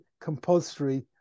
compulsory